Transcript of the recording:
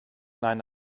nein